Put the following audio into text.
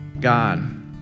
God